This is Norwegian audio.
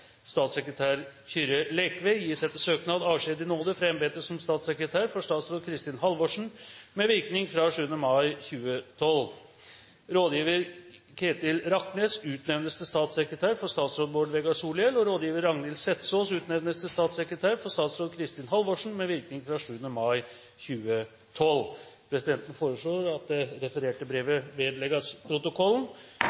Statssekretær Kyrre Lekve gis etter søknad avskjed i nåde fra embetet som statssekretær for statsråd Kristin Halvorsen med virkning fra 7. mai 2012. Rådgiver Ketil Raknes utnevnes til statssekretær for statsråd Bård Vegar Solhjell. Rådgiver Ragnhild Setsaas utnevnes til statssekretær for statsråd Kristin Halvorsen med virkning fra 7. mai 2012.» Presidenten foreslår at det refererte brevet